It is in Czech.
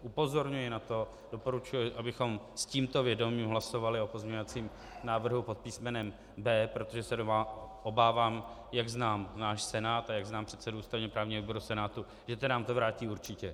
Upozorňuji na to, doporučuji, abychom s tímto vědomím hlasovali o pozměňovacím návrhu pod písmenem B, protože se obávám, jak znám náš Senát a jak znám předsedu ústavněprávního výboru Senátu, že se nám to vrátí určitě.